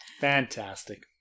Fantastic